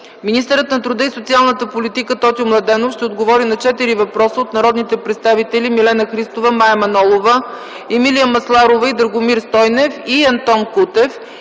Министърът на труда и социалната политика Тотю Младенов ще отговори на четири въпроса от народните представители Милена Христова; Мая Манолова; Емилия Масларова и Драгомир Стойнев; и Антон Кутев